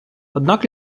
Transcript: однак